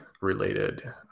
related